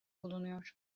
bulunuyor